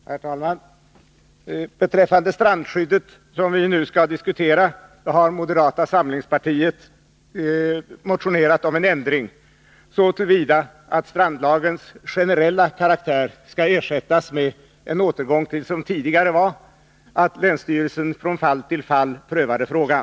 Herr talman! Beträffande strandskyddet, som vi nu skall diskutera, har moderata samlingspartiet motionerat om en ändring så till vida att strandlagens generella karaktär skall ersättas med en återgång till de tidigare reglerna, enligt vilka länsstyrelsen från fall till fall prövar frågan.